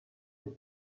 aux